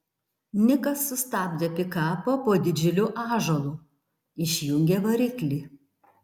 nikas sustabdė pikapą po didžiuliu ąžuolu išjungė variklį